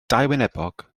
dauwynebog